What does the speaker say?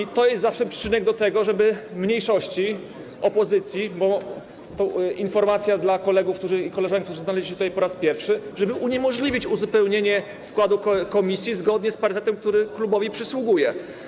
I to jest zawsze przyczynek do tego, żeby mniejszości, opozycji - to informacja dla kolegów i koleżanek, którzy znaleźli się tutaj po raz pierwszy - uniemożliwić uzupełnienie składu komisji zgodnie z parytetem, który klubowi przysługuje.